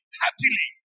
happily